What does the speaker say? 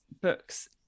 books